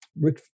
Rick